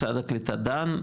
משרד הקליטה דן,